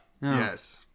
Yes